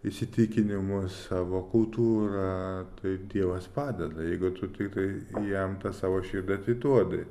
įsitikinimu savo kultūra taip dievas padeda jeigu tu tiktai jam tą savo širdį atiduodi